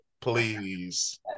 Please